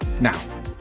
Now